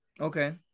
Okay